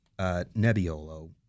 Nebbiolo